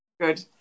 Good